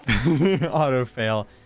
auto-fail